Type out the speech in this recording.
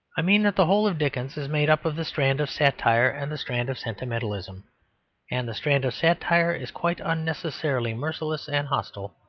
i mean that the whole of dickens is made up of the strand of satire and the strand of sentimentalism and the strand of satire is quite unnecessarily merciless and hostile,